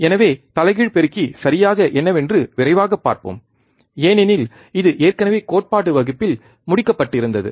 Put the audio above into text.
எனவே தலைகீழ் பெருக்கி சரியாக என்னவென்று விரைவாகப் பார்ப்போம் ஏனெனில் இது ஏற்கனவே கோட்பாடு வகுப்பில் முடிக்கப்பட்டு இருந்தது